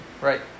right